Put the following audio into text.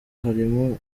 harimo